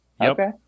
Okay